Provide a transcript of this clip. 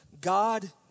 God